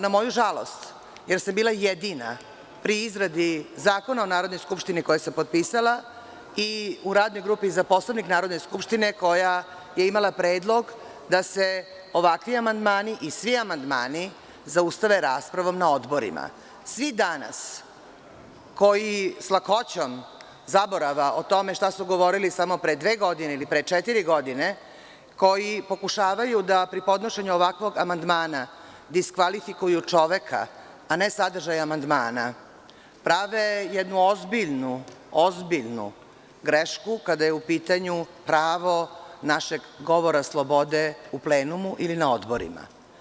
Na moju žalost, jer sam bila jedina pri izradi Zakona o Narodnoj skupštini, koji sam potpisala, i u Radnoj grupi za Poslovnik Narodne skupštine, koja je imala predlog da se ovakvi amandmani i svi amandmani zaustave raspravom na odborima, svi danas koji s lakoćom zaborava o tome šta su govorili samo pre dve godine ili pre četiri godine, koji pokušavaju da pri podnošenju ovakvog amandmana diskvalifikuju čoveka, a ne sadržaj amandmana, prave jednu ozbiljnu grešku kada je u pitanju pravo našeg govora slobode u plenumu ili na odborima.